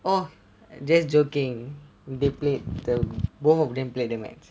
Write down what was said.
oh just joking they played the both of them played the match